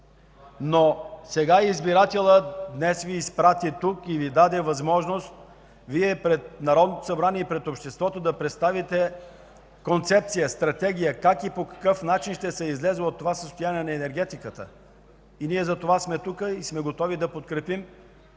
Сега избирателят Ви изпрати тук и Ви даде възможност пред Народното събрание и пред обществото да представите концепция, стратегия как и по какъв начин ще се излезе от това състояние на енергетиката. Ние затова сме тук и сме готови да подкрепим